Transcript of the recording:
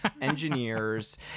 engineers